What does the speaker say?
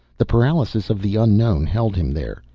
the paralysis of the unknown held him there.